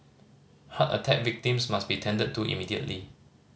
heart attack victims must be tended to immediately